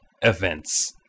events